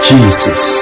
Jesus